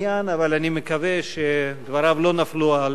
אבל אני מקווה שדבריו לא נפלו על אוזניים